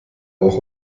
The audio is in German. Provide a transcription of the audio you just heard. auch